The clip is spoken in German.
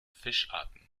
fischarten